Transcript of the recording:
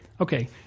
Okay